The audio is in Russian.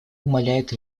умаляет